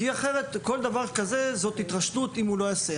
כי אחרת זו תהיה התרשלות אם הוא לא יעשה.